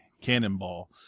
cannonball